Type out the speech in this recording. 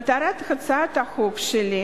מטרת הצעת החוק שלי,